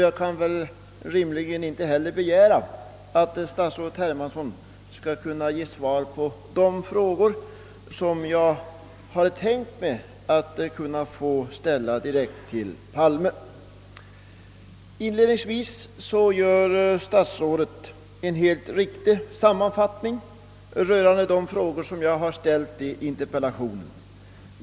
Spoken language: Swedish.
Jag kan väl inte heller rimligen begära att statsrådet Hermansson skall ge svar på de frågor som jag hade räknat med att få ställa direkt till statsrådet Palme. Inledningsvis gör statsrådet en helt riktig sammanfattning rörande de frågor jag ställt i interpellationen.